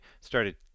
started